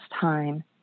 time